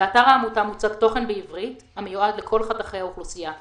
באתר העמותה מוצג תוכן בעברית המיועד לכל חתכי האוכלוסייה,